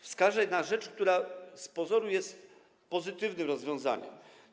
Wskażę na rzecz, która z pozoru jest pozytywnym rozwiązaniem.